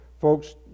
folks